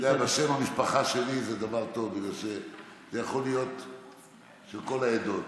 שם המשפחה שלי זה דבר טוב בגלל שזה יכול להיות של כל העדות.